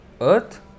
Earth